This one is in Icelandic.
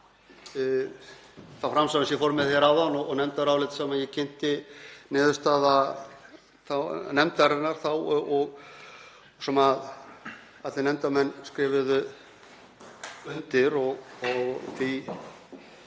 framsaga sem ég fór með áðan og nefndarálitið sem ég kynnti niðurstaða nefndarinnar sem allir nefndarmenn skrifuðu undir og því